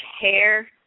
hair